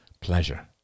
pleasure